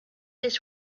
his